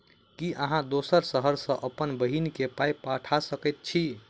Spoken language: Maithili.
की अहाँ दोसर शहर सँ अप्पन बहिन केँ पाई पठा सकैत छी?